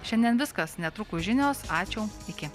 šiandien viskas netrukus žinios ačiū iki